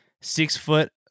Six-foot